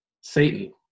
Satan